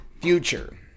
future